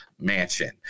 mansion